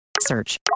search